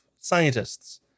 scientists